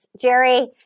Jerry